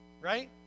right